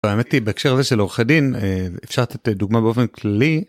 האמת היא בהקשר הזה של עורכי דין אפשר לתת דוגמה באופן כלי.